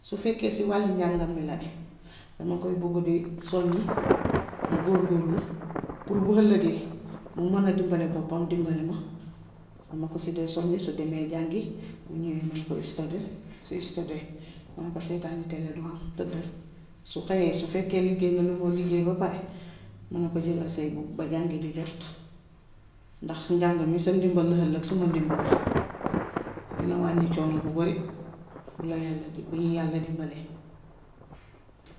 Su fekkee si wàllu njàngam mi la ne, dama koo bugg di soññu mu góor-góorlu pour bu ëllëgee mu mun a dimbali boppam dimbali ma. Ma ko ci dee soññu su demee jàngi su ñówee ma ni ko stydil. Su stydiwee ma ni ko seetaani tele du ham tëddal. Su xëyee, su fekkee liggéey na li moo liggéey ba pare ma ni ko jëal say buub ba jàngi di jot ndax njàng mi sa ndimbal la, suma ndimbal la. Dina wàññi coono bu bari bu la yàlla dimbalee, bu ñu yàlla dimbalee.